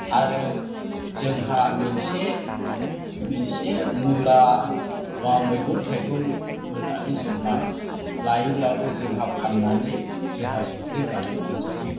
आरो जोंहा मोनसे मुला बा मैगं थाइगं फोनानै जोंहा लायोब्लाबो जोंहा फाननानै जोंहा संख्रि बानलु मोनजायो